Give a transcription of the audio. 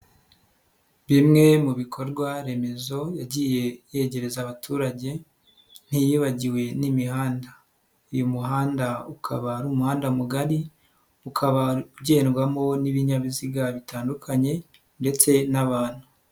Bimwe mu bikorwa remezo yagiye yegereza abaturage ntiyibagiwe n'imihanda, uyu muhanda ukaba ari umuhanda mugari, ukaba ugendwamo n'ibinyabiziga bitandukanye ndetse n'abantu.